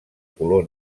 color